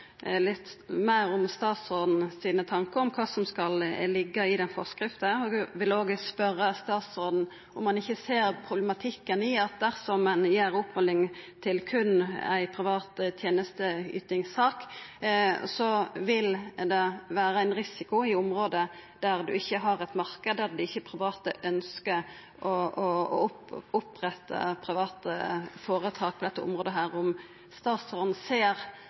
litt meir om kva statsråden tenkjer om kva som skal liggja i den forskrifta. Eg vil òg spørja statsråden om han ikkje ser problematikken i at dersom ein gjer oppmåling til berre ei privat tenesteytingssak, vil det vera ein risiko i område der ein ikkje har ein marknad, der ikkje private ønskjer å oppretta private føretak på dette området. Ser statsråden